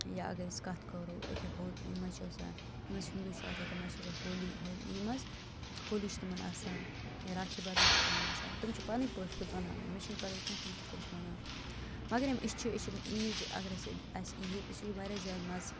یا اگر أسۍ کَتھ کَرو ییٚکیٛاہ یِم حظ چھِ آسان یِم حظ ہِنٛدوٗ چھِ آسان تِمَن حظ چھِ آسان ہولی یِم حظ ہولی چھِ تِمَن آسان یا راکھی بنٛدھَن چھِ تِمَن آسان تِم چھِ پَنٕنۍ پٲٹھۍ تہِ بَناوان مےٚ چھِنہٕ پَتہ کیٚنٛہہ تِم کِتھ کٔنۍ چھِ بَنان مگر یِم أسۍ چھِ أسۍ چھِ عیز اگر أسۍ اَسہِ عید أسۍ چھِ واریاہ زیادٕ مَزٕ